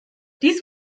dies